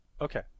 Okay